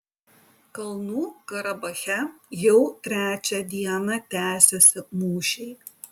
kalnų karabache jau trečią dieną tęsiasi mūšiai